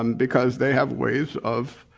um because they have ways of